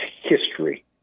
history